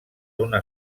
una